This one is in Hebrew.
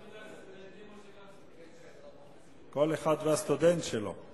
לסטודנטים, כל אחד והסטודנט שלו,